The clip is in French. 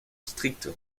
strict